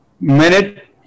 Minute